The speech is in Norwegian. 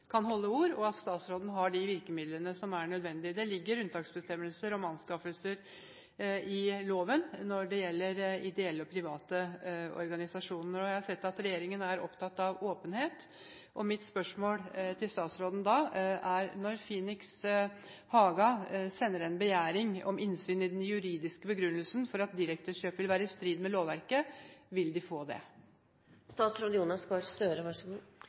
kan holde ord, og at statsråden har de virkemidlene som er nødvendige. Det ligger unntaksbestemmelser om anskaffelser i loven når det gjelder ideelle og private organisasjoner. Jeg har sett at regjeringen er opptatt av åpenhet. Mitt spørsmål til statsråden er: Når Phoenix Haga sender en begjæring om innsyn i den juridiske begrunnelsen for at direktekjøp vil være strid med lovverket, vil de få